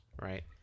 right